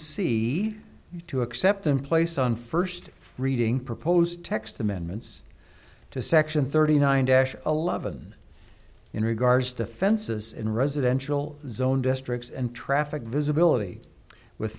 c to accept in place on first reading proposed text amendments to section thirty nine dash eleven in regards to fences in residential zone districts and traffic visibility with